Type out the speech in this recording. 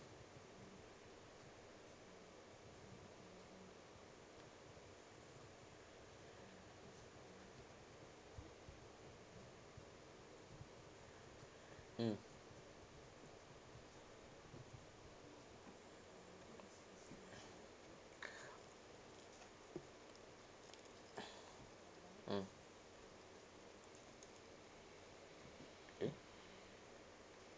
mm mm okay